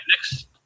next